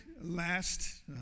last